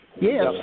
Yes